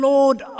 Lord